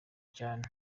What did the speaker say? cyane